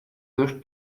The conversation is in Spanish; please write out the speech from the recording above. dos